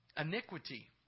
iniquity